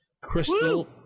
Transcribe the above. crystal